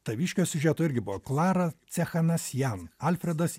taviškio siužeto irgi buvo klara cechanasjan alfredas